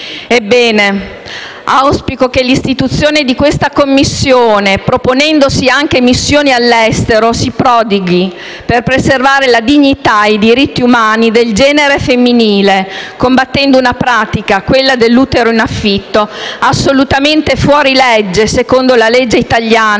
Pertanto, auspico che l'istituzione di questa Commissione, proponendosi anche missioni all'estero, si prodighi per preservare la dignità e diritti umani del genere femminile, combattendo una pratica, quella dell'utero in affitto, assolutamente fuorilegge secondo la legge n.